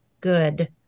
good